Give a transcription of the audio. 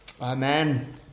Amen